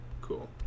cool